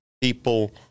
people